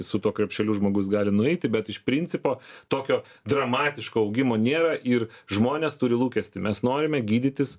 su tuo krepšeliu žmogus gali nueiti bet iš principo tokio dramatiško augimo nėra ir žmonės turi lūkestį mes norime gydytis